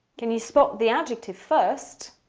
can you spot the adjective, first.